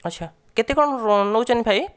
ଆଛା କେତେ କଣ ନେଉଛନ୍ତି ଭାଇ